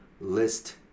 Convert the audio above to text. list